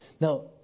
Now